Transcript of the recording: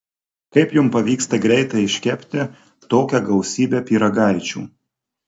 kaip jums pavyksta greitai iškepti tokią gausybę pyragaičių